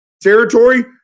territory